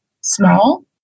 small